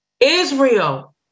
Israel